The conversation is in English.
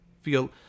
feel